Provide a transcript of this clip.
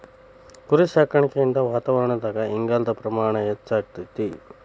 ಕುರಿಸಾಕಾಣಿಕೆಯಿಂದ ವಾತಾವರಣದಾಗ ಇಂಗಾಲದ ಪ್ರಮಾಣ ಹೆಚ್ಚಆಗ್ತೇತಿ